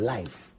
Life